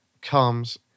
comes